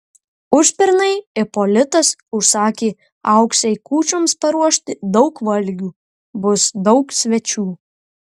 užpernai ipolitas užsakė auksei kūčioms paruošti daug valgių bus daug svečių